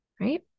right